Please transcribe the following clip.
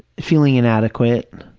feeling inadequate,